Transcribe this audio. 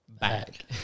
back